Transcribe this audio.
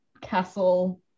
Castle